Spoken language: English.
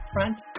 Front